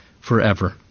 forever